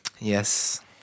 Yes